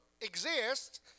exist